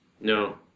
No